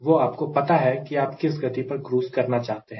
वह आपको पता है कि आप किस गति पर क्रूज़ करना चाहते हैं